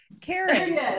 Karen